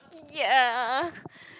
ya